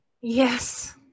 Yes